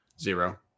Zero